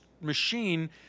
machine